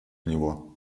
него